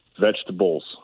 vegetables